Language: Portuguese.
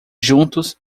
juntos